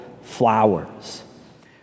flowers